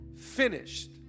finished